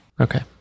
Okay